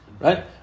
Right